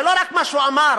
זה לא רק מה שהוא אמר,